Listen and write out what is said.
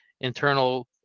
internal